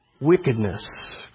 wickedness